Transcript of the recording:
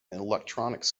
electronics